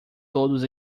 todos